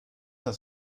das